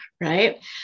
right